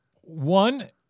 One